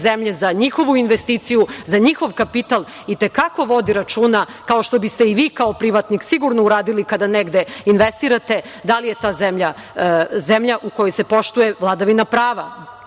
za njihovu investiciju, za njihov kapital, i te kako vodi računa, kao što biste i vi kao privatnik sigurno uradili kada negde investirate, da li je ta zemlja zemlja u kojoj se poštuje vladavina prava.